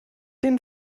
den